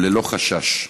וללא חשש.